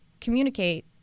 communicate